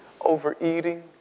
Overeating